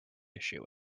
issue